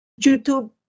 YouTube